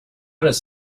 does